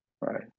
right